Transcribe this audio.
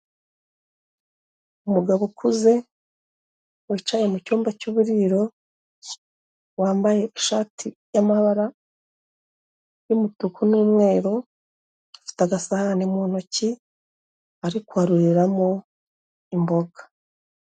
Umugabo ukuze wicaye mu cyumba cy'uburiro, wambaye ishati y'amabara y'umutuku n'umweru, afite agasahani mu ntoki, ari kwaruriramo imboga.